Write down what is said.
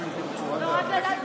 חוות הדעת?